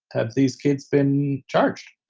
have these kids been charged?